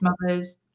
mothers